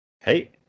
Hey